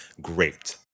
great